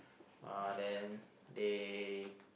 uh then they